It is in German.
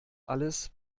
alles